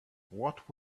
what